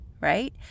right